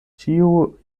ĉiu